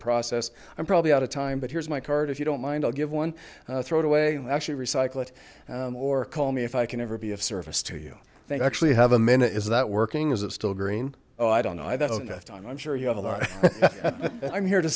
process i'm probably out of time but here's my card if you don't mind i'll give one throw it away and actually recycle it or call me if i can ever be of service to you they actually have a minute is that working is it still green oh i don't know i don't i'm sure you all right i'm here to